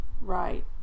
right